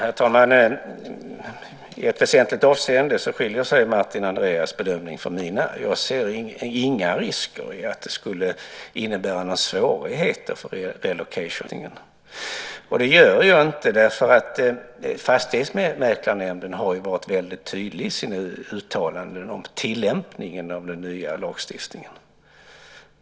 Herr talman! I ett väsentligt avseende skiljer sig Martin Andreassons bedömning från min. Jag ser inga risker för att det skulle innebära några svårigheter för relocation företagen med den nya lagstiftningen. Fastighetsmäklarnämnden har varit väldigt tydlig i sina uttalanden om tillämpningen av den nya lagstiftningen.